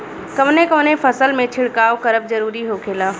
कवने कवने फसल में छिड़काव करब जरूरी होखेला?